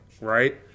Right